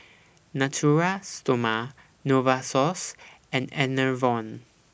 Natura Stoma Novosource and Enervon